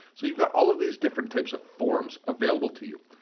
so you've got all of these different types of forms available to you.